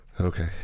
Okay